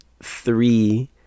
three